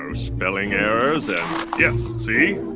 um spelling errors and yes, see?